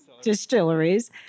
distilleries